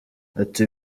ati